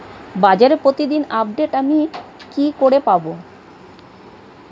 বাজারের প্রতিদিন আপডেট আমি কি করে পাবো?